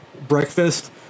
breakfast